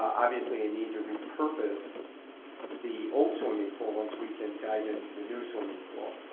obviously a need to repurpose the old swimming pool once we can dive into the new swimming pool.